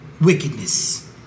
wickedness